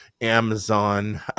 Amazon